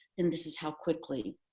and this is how quickly